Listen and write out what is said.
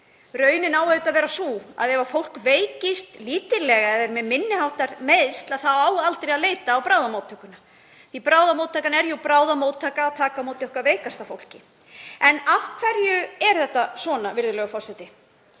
auðvitað að vera sú að ef fólk veikist lítillega eða er með minni háttar meiðsl á það aldrei að leita á bráðamóttökuna. Bráðamóttakan er jú bráðamóttaka og á að taka á móti okkar veikasta fólki. En af hverju er þetta svona, virðulegur forseti?